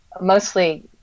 mostly